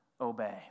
obey